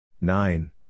Nine